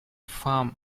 farm